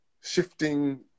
shifting